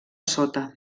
sota